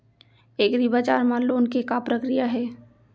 एग्रीबजार मा लोन के का प्रक्रिया हे?